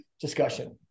discussion